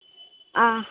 ஆ